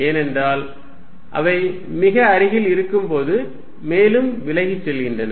ஏனென்றால் அவை மிக அருகில் இருக்கும்போது மேலும் விலகிச் செல்கின்றன